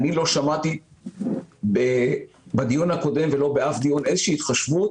לא שמעתי באף דיון איזו התחשבות